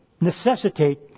necessitate